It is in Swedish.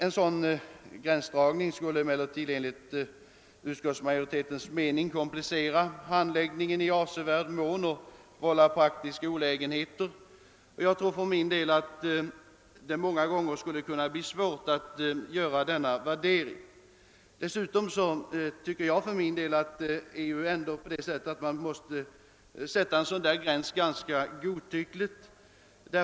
En sådan gränsdragning skulle emellertid enligt utskottets mening avsevärt komplicera handläggningen och vålla praktiska olägenheter. Jag tror för min del att det många gånger kan bli svårt att göra denna värdering. En sådan värdering måste dessutom bli ganska godtycklig.